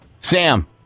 Sam